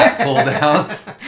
pull-downs